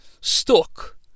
Stuck